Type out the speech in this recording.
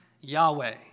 Yahweh